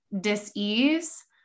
dis-ease